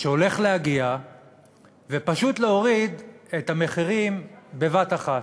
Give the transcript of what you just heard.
שהולך להגיע ופשוט להוריד את המחירים בבת אחת.